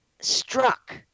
struck